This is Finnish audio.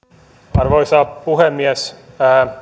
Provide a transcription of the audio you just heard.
arvoisa puhemies